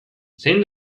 zein